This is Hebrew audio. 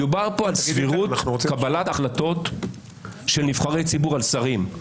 מדובר כאן על סבירות קבלת ההחלטות של נבחרי ציבור על שרים.